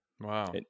Wow